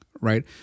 right